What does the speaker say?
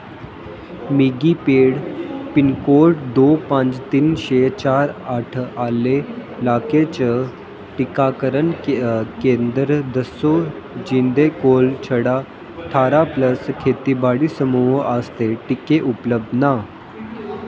मिगी पेड पिनकोड दो पंज तिन्न छे चार अट्ठ आह्ले लाके च टीकाकरण केंदर दस्सो जिं'दे कोल छड़ा ठारां प्लस खेतीबाड़ी समूह् आस्तै टीके उपलब्ध न